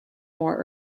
more